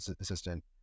assistant